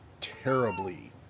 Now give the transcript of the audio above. terribly